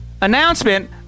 announcement